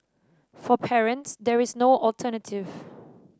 for parents there is no alternative